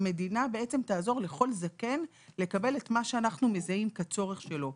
שהמדינה תעזור לכל זקן לקבל את מה שאנחנו מזהים כצורך שלו,